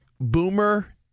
Boomer